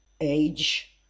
age